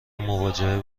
مواجهه